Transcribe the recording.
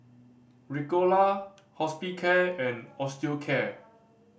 Ricola Hospicare and Osteocare